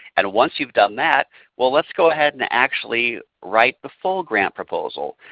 and once you've done that well let's go ahead and actually write the full grant proposal.